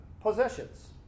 possessions